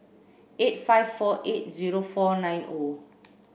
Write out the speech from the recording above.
eight five four eight zero four nine O